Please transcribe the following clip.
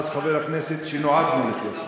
אז חבר הכנסת: שנועדנו לחיות יחד.